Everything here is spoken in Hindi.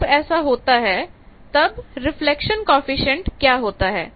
जब ऐसा होता है तब रिफ्लेक्शन कॉएफिशिएंट क्या होता है